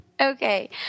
Okay